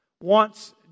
wants